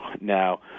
Now